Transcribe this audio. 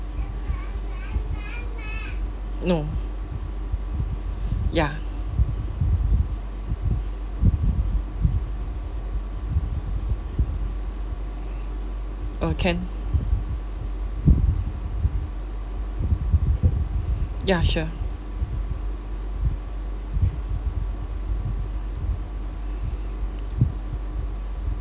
no ya uh can ya sure